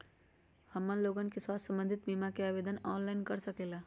हमन लोगन के स्वास्थ्य संबंधित बिमा का आवेदन ऑनलाइन कर सकेला?